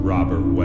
Robert